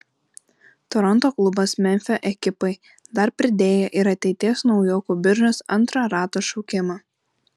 toronto klubas memfio ekipai dar pridėjo ir ateities naujokų biržos antro rato šaukimą